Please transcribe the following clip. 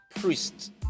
priests